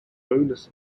bonus